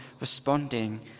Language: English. responding